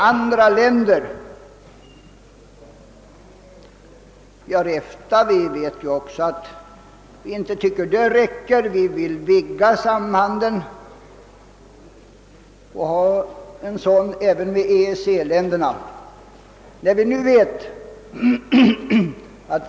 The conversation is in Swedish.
Vi är anslutna till EFTA, men vi tycker inte att detta handelsavtal räcker, utan vi vill ha en liknande överenskommelse även med EEC-länderna.